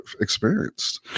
experienced